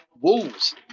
Wolves